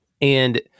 And-